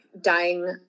dying